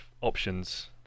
options